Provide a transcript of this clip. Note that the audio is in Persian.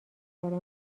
داره